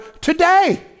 today